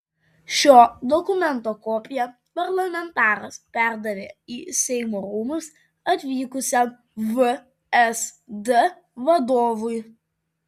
šio dokumento kopiją parlamentaras perdavė į seimo rūmus atvykusiam vsd vadovui